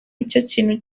ikintu